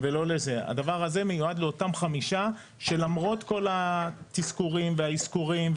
הדבר הזה מיועד לאותם 5% שלמרות כל התזכורים והאזכורים,